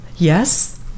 Yes